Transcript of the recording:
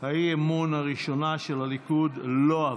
האי-אמון הראשונה, של הליכוד, לא עברה.